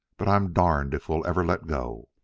but i'm darned if we'll ever let go!